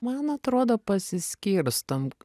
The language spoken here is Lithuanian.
man atrodo pasiskirstom